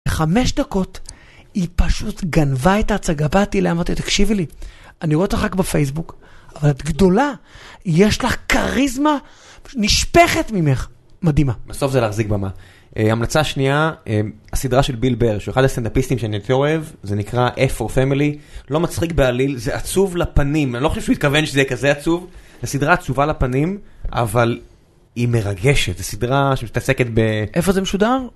חמש דקות, היא פשוט גנבה את ההצגה, באתי אליה, אמרתי לה, תקשיבי לי, אני רואה אותך רק בפייסבוק, אבל את גדולה, יש לך כריזמה נשפכת ממך, מדהימה. בסוף זה להחזיק במה. ההמלצה השנייה, הסדרה של ביל בר, שהיא אחת הסטנדאפיסטים שאני יותר אוהב, זה נקרא F for Family, לא מצחיק בעליל, זה עצוב לפנים, אני לא חושב שהוא התכוון שזה יהיה כזה עצוב, זה סדרה עצובה לפנים, אבל היא מרגשת, זו סדרה שמתעסקת ב... איפה זה משודר?